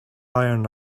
iron